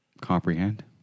Comprehend